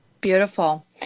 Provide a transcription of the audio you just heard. Beautiful